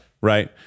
right